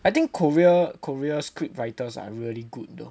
I think Korea Korea script writers are really good though